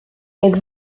êtes